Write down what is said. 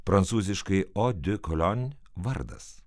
prancūziškai o di kolion vardas